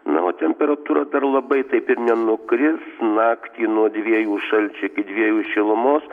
na o temperatūra dar labai taip ir nenukris naktį nuo dviejų šalčio iki dviejų šilumos